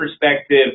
perspective